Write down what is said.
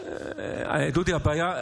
זו הבעיה.